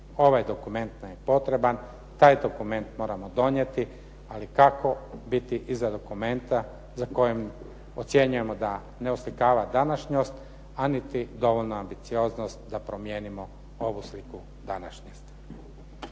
Ovaj dokument nam je potreban, taj dokument moramo donijeti, ali kako biti iza dokumenta za kojeg ocjenjujemo da ne oslikava današnjost, a niti dovoljnu ambicioznost da promijenimo ovu sliku današnjosti.